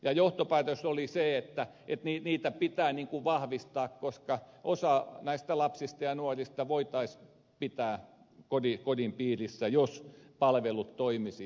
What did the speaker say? ja johtopäätös oli se että niitä pitää vahvistaa koska osa näistä lapsista ja nuorista voitaisiin pitää kodin piirissä jos palvelut toimisivat